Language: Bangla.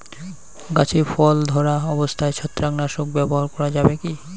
গাছে ফল ধরা অবস্থায় ছত্রাকনাশক ব্যবহার করা যাবে কী?